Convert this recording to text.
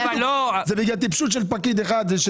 בגלל טיפשות של פקיד אחד.